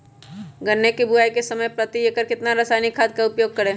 गन्ने की बुवाई के समय प्रति एकड़ कितना रासायनिक खाद का उपयोग करें?